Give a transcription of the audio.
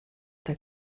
der